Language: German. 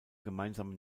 gemeinsame